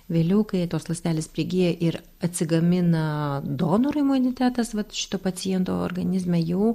vėliau kai tos ląstelės prigyja ir atsigamina donoro imunitetas vat šito paciento organizme jau